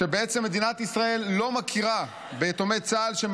שבעצם מדינת ישראל לא מכירה ביתומי צה"ל שהם